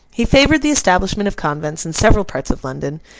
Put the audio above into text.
he favoured the establishment of convents in several parts of london.